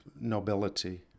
nobility